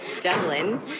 Dublin